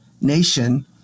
Nation